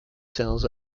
cells